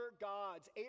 gods